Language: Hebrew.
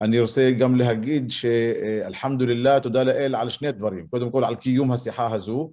אני רוצה גם להגיד שאלחמדוללה, תודה לאל על שני הדברים, קודם כל על קיום השיחה הזו.